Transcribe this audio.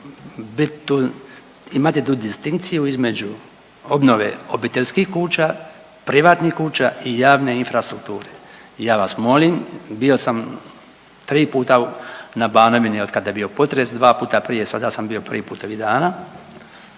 imati tu distinkciju između obnove obiteljskih kuća, privatnih kuća i javne infrastrukture. Ja vas molim, bio sam 3 puta na Banovini od kada je bio potres, 2 puta prije, sada sam bio prvi put ovih dana